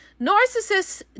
Narcissists